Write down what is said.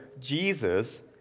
Jesus